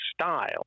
style